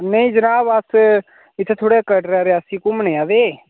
नेईं जनाब अस इत्थे थोह्ड़े कटरै रियासी घूमने आए दे